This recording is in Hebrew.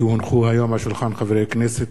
כי הונחו היום על שולחן הכנסת,